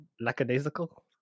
lackadaisical